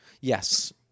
yes